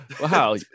Wow